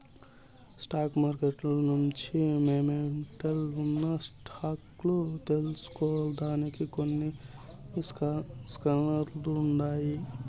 stock మార్కెట్ల మంచి momentum ఉన్న స్టాక్ లు తెల్సుకొనేదానికి కొన్ని స్కానర్లుండాయి